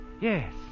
Yes